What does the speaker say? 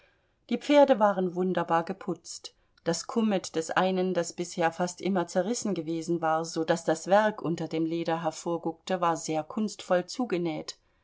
die pferde waren wunderbar geputzt das kummet des einen das bisher fast immer zerrissen gewesen war so daß das werg unter dem leder hervorguckte war sehr kunstvoll zugenäht